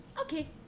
Okay